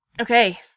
Okay